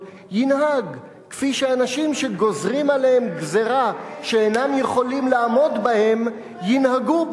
ינהג כפי שאנשים שגוזרים עליהם גזירה שאינם יכולים לעמוד בה ינהגו,